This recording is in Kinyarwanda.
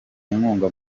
inkunga